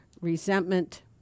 resentment